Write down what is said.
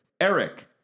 Eric